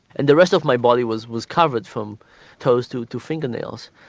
and the rest of my body was was covered from toes to to finger nails.